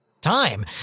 time